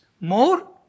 More